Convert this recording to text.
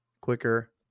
quicker